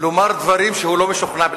לומר דברים שהוא לא משוכנע בהם,